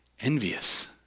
envious